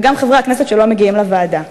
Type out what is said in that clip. וגם חברי הכנסת שלא מגיעים לוועדה.